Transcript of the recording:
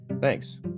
Thanks